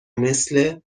مثل